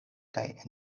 kaj